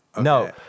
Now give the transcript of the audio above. No